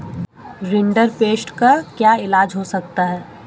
rinderpest का क्या इलाज हो सकता है